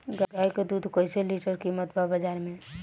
गाय के दूध कइसे लीटर कीमत बा बाज़ार मे?